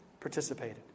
participated